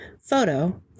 photo